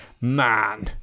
man